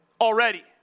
already